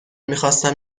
میخواستم